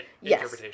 yes